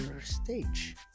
stage